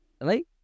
Right